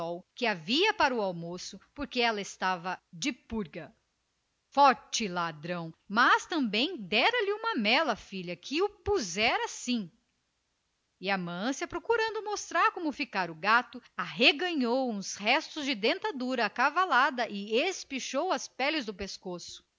que havia para o almoço porque ela estava de purga forte ladrão mas também dera-lhe uma mela que o pusera assim e amância procurando mostrar como ficara o gato arreganhou uns restos de dentadura acavalada e espichou as peles do pescoço